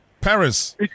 Paris